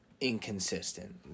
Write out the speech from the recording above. inconsistent